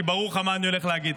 כי ברור לך מה אני הולך להגיד.